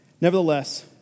nevertheless